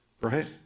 Right